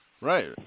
Right